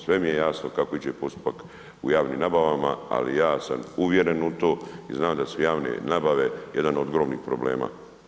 Sve mi je jasno kako teče postupak u javnim nabavama, ali ja sam uvjeren u to i znam da su javne nabave jedan od ogromnih problema.